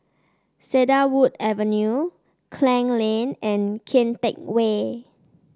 Cedarwood Avenue Klang Lane and Kian Teck Way